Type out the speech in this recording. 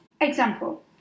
Example